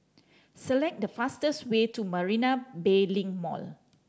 select the fastest way to Marina Bay Link Mall